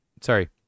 Sorry